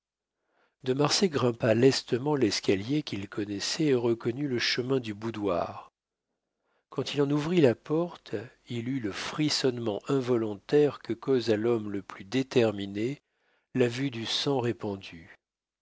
de marsay grimpa lestement l'escalier qu'il connaissait et reconnut le chemin du boudoir quand il en ouvrit la porte il eut le frissonnement involontaire que cause à l'homme le plus déterminé la vue du sang répandu